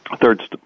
third